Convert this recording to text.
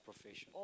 profession